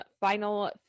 final